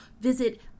visit